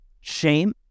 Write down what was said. shame